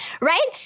right